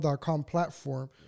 platform